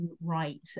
right